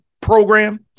program